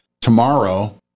tomorrow